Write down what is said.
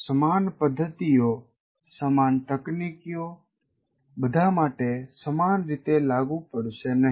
સમાન પદ્ધતિઓ સમાન તકનીકીઓ બધા માટે સમાન રીતે લાગુ પડશે નહીં